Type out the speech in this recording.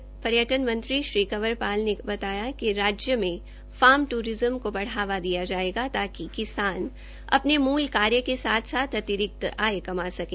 हरियाणा के पर्यटन मंत्री श्री कंवर पाल ने बताया कि राज्य में फार्म ट्रिज्म को बढ़ावा दिया जाएगा ताकि किसान अपने मूल कार्य के साथ साथ अतिरिक्त आय कमा सकें